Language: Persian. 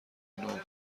نور